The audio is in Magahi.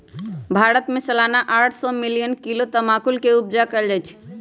भारत में सलाना आठ सौ मिलियन किलो तमाकुल के उपजा कएल जाइ छै